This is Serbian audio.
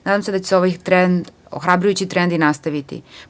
Nadam se da će se ovaj ohrabrujući trend i nastaviti.